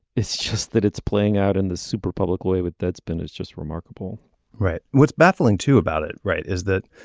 it's just that it's playing out in the super public way with that's been it's just remarkable right. what's baffling too about it right is that